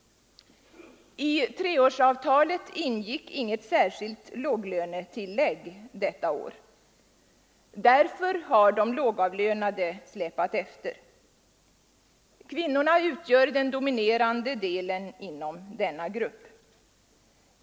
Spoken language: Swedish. I treårsavtalet ingick inget särskilt låglönetillägg detta år. Därför har de lågavlönade släpat efter. Kvinnorna utgör den dominerande delen inom denna grupp.